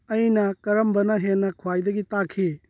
ꯑꯩꯅ ꯀꯔꯝꯕꯅ ꯍꯦꯟꯅ ꯈ꯭ꯋꯥꯏꯗꯒꯤ ꯇꯥꯈꯤ